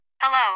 Hello